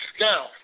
Now